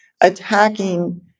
attacking